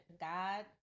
God